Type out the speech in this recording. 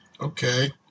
Okay